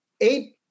eight